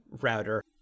router